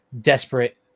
desperate